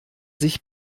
sich